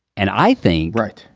and i think. right.